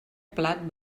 plat